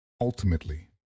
Ultimately